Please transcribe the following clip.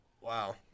Wow